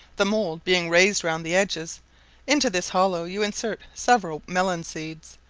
the mould being raised round the edges into this hollow you insert several melon-seeds,